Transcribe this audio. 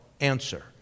answer